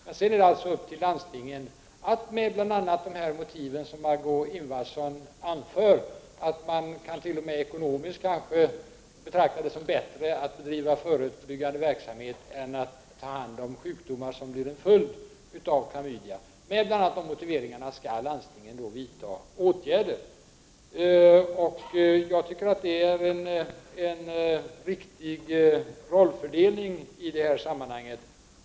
Sedan är det alltså upp till landstingen att, med bl.a. de motiv som Marg6ö Ingvardsson här har anfört, att man t.o.m. ekonomiskt betraktar det som ett bättre alternativ att bedriva förebyggande verksamhet än att ta hand om sjukdomar som blir följden av klamydia, vidta åtgärder. Jag tycker att det är en riktig rollfördelning i detta sammanhang.